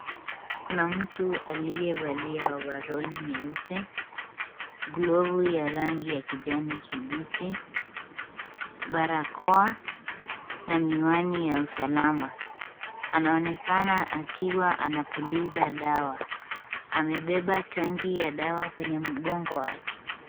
Kuna mtu aliyevalia overall nyeupe, galvu ya rangi ya kijani kibichi, barakoa na miwani ya usalama. Anaonekana akiwa anapuliza dawa. Amebeba tangi ya dawa kwenye mgongo wake.